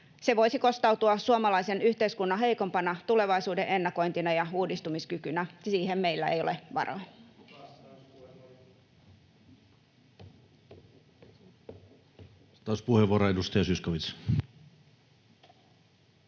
Se voisi kostautua suomalaisen yhteiskunnan heikompana tulevaisuuden ennakointina ja uudistumiskykynä — siihen meillä ei ole varaa.